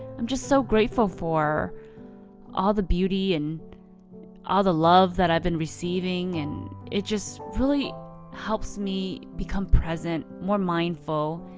i'm just so grateful for all the beauty and all the love that i've been receiving and it just really helps me become present, more mindful,